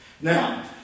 Now